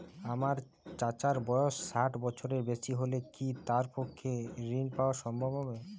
আমার চাচার বয়স ষাট বছরের বেশি হলে কি তার পক্ষে ঋণ পাওয়া সম্ভব হবে?